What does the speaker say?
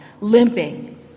limping